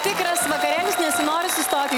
tikras vakarėlis nesinori sustoti